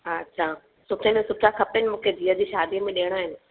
अच्छा सुठे में सुठा खपेनि मूंखे धीउ जी शादीअ में ॾियणा आहिनि